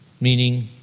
meaning